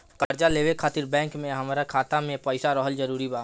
कर्जा लेवे खातिर बैंक मे हमरा खाता मे पईसा रहल जरूरी बा?